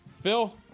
Phil